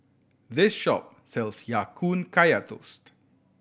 this shop sells Ya Kun Kaya Toast